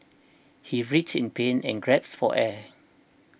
he writhed in pain and grasped for air